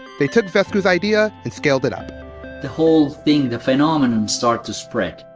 they took vesku's idea and scaled it up the whole thing, the phenomenon, started to spread.